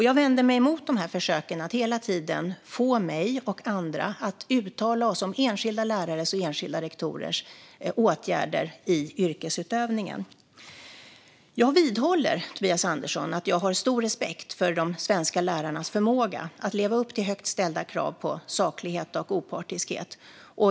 Jag vänder mig emot försöken att hela tiden få mig och andra att uttala oss om enskilda lärares och enskilda rektorers åtgärder i yrkesutövningen. Jag vidhåller, Tobias Andersson, att jag har stor respekt för de svenska lärarnas förmåga att leva upp till högt ställda krav på saklighet och opartiskhet.